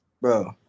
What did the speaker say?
Bro